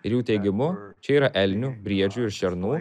ir jų teigimu čia yra elnių briedžių ir šernų